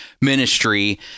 ministry